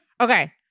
okay